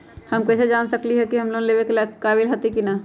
हम कईसे जान सकली ह कि हम लोन लेवे के काबिल हती कि न?